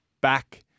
back